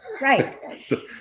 Right